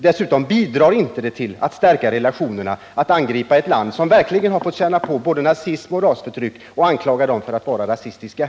Dessutom bidrar det inte till att stärka relationerna att angripa ett land som verkligen har fått känna på rasförtryck och anklaga det landet för att vara rasistiskt.